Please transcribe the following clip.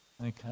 Okay